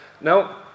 Now